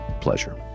pleasure